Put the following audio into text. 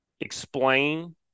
explain